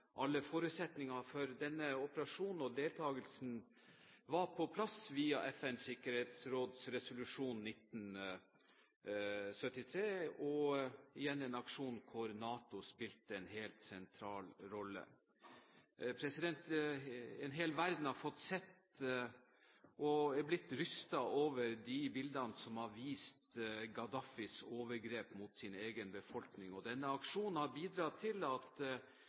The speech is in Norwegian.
Alle forutsetninger for denne operasjonen og deltakelsen var på plass via FNs sikkerhetsråds resolusjon 1973 – igjen en aksjon hvor NATO spilte en helt sentral rolle. En hel verden har fått se og blitt rystet over de bildene som har vist Gaddafis overgrep mot sin egen befolkning. Denne aksjonen har bidratt til at